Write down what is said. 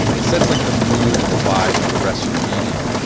it sets like the mood and the vibe for the rest of the meeting,